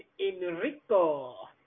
Enrico